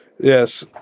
Yes